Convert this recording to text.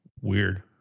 weird